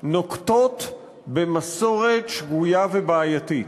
נוקטות מסורת שגויה ובעייתית.